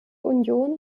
union